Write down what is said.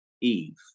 Eve